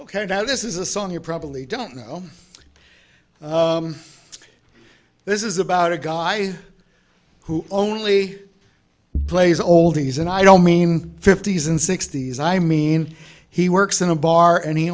ok now this is a song you probably don't know this is about a guy who only plays oldies and i don't mean fifty's and sixty's i mean he works in a bar and he